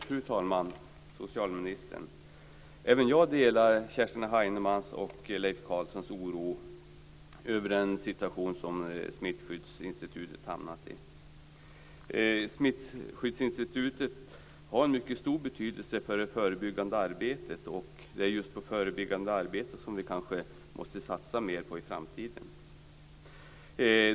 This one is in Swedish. Fru talman och socialministern! Jag delar Kerstin Heinemanns och Leif Carlsons oro över den situation som Smittskyddsinstitutet har hamnat i. Smittskyddsinstitutet har en mycket stor betydelse för det förebyggande arbetet. Det är just på det förebyggande arbetet som vi kanske måste satsa mer i framtiden.